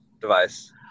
device